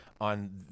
on